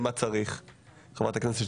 ראשונה או לפעמים אפילו: צאו החוצה,